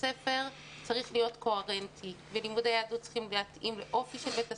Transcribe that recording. ספר צריך להיות קוהרנטי ולימודי יהדות צריכים להתאים לאופי של בית הספר,